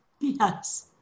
Yes